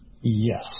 yes